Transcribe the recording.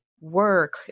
work